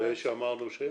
מה אמרנו?